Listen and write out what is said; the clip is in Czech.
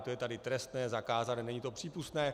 To je tady trestné, zakázané, není to přípustné.